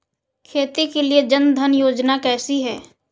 खेती के लिए जन धन योजना कैसी है?